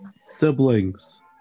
siblings